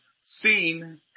seen